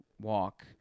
walk